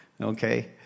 Okay